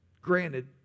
granted